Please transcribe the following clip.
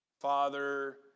Father